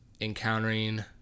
encountering